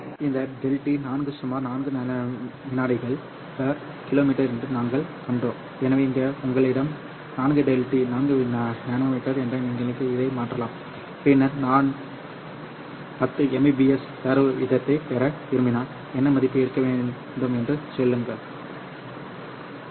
இந்த ∆T 4 சுமார் 4 நானோ விநாடிகள் கிமீ என்று நாங்கள் கண்டோம் எனவே இங்கே உங்களிடம் 4 ∆τ 4 நானோ விநாடி கிமீ என நீங்கள் இதை மாற்றலாம் பின்னர் நான் 10 Mpbs தரவு வீதத்தைப் பெற விரும்பினால் என்ன மதிப்பு இருக்க வேண்டும் என்று சொல்லுங்கள் L